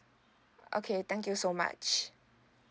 okay thank you so much